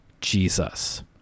Jesus